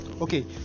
Okay